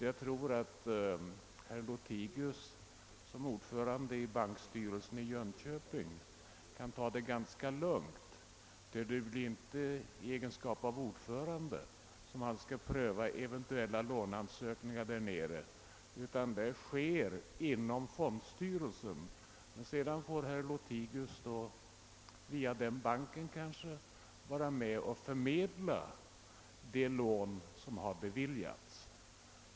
Jag tror att herr Lothigius som ordförande i bankstyrelsen i Jönköping kan ta det ganska lugnt, ty det blir inte i egenskap av ordförande som han skall pröva eventuella låneansökningar där nere, utan de skall prövas inom fondstyrelsen. Sedan får herr Lothigius kanske via banken vara med om att förmedla de lån som har beviljats.